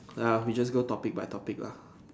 ah we just go topic by topic lah